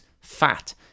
fat